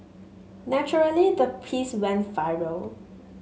naturally the piece went viral